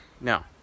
No